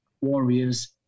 Warriors